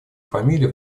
фамилии